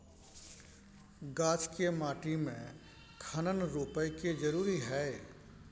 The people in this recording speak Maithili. गाछ के माटी में कखन रोपय के जरुरी हय?